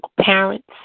parents